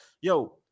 Yo